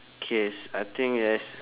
K I think yes